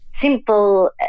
simple